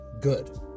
good